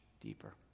deeper